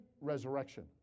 resurrection